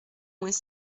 moins